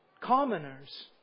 commoners